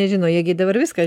nežino jie gi dabar viską